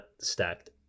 stacked